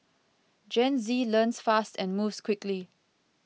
Gen Z learns fast and moves quickly